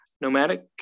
Nomadic